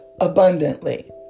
abundantly